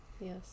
Yes